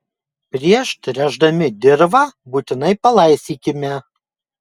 prieš tręšdami dirvą būtinai palaistykime